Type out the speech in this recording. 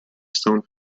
stone